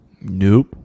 nope